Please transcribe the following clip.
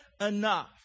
enough